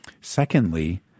Secondly